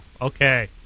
okay